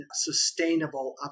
sustainable